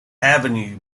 avenue